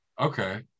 Okay